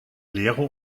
lehre